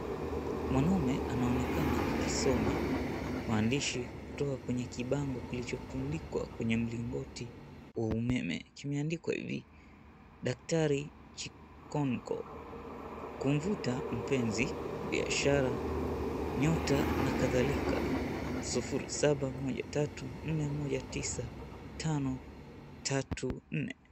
Mwanaume anaonekana akisoma maandishi kutoka kwenye kibango kilichotundikwa kwenye mlingoti wa umeme. Kimeandikwa hivi, DR CHIKONKO KUMVUTA MPENZI, BIASHARA, NYOTA NA KADHALIKA 0713419534.